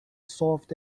soft